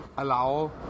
allow